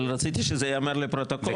אבל רציתי שזה ייאמר לפרוטוקול.